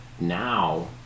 Now